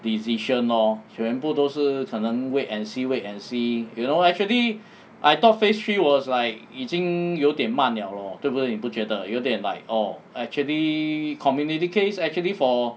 decision lor 全部都是可能 wait and see wait and see you know actually I thought phase three was like 已经有点慢 liao lor 对不对你不觉得有点 like orh actually community case actually for